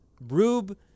Rube